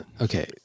Okay